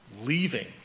leaving